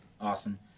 Awesome